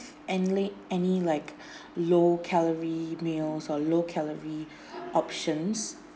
any any like low calorie meals or low calorie options